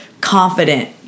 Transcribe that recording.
confident